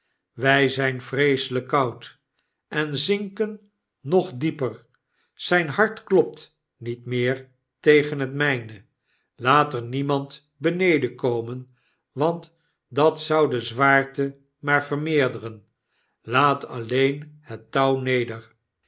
wij zyn vreeselyk koud en zinken nog dieper zyn hart klopt niet meer tegen het myne laat er niemand beneden komen want dat zou de zwaarte maar vermeerderen laat alleen het touw